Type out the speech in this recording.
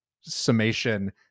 summation